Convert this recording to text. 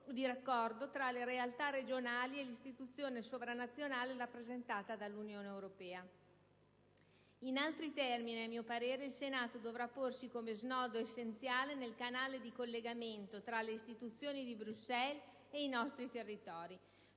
di raccordo tra le realtà regionali e l'istituzione sovranazionale rappresentata dall'Unione europea. In altri termini, a mio parere, il Senato dovrà porsi come snodo essenziale nel canale di collegamento tra le istituzioni di Bruxelles e i nostri territori.